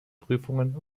prüfungen